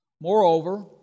Moreover